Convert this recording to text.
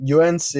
UNC